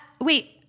Wait